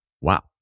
Wow